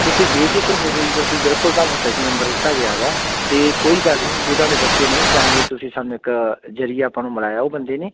ਤੁਸੀਂ ਬੇਫਿਕਰ ਹੋ ਜਾਓ ਜੀ ਤੁਸੀਂ ਬਿਲਕੁਲ ਤੁਹਾਨੂੰ ਸਹੀ ਨੰਬਰ ਦਿੱਤਾ ਗਿਆ ਗਾ ਅਤੇ ਕੋਈ ਗੱਲ ਨਹੀਂ ਜੇ ਤੁਹਾਡੇ ਬੱਚੇ ਨਹੀਂ ਸਿਆਣਦੇ ਤੁਸੀਂ ਸਾਨੂੰ ਇੱਕ ਜ਼ਰੀਆ ਆਪਾਂ ਨੂੰ ਬਣਾਇਆ ਉਹ ਬੰਦੇ ਨੇ